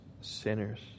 sinners